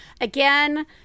again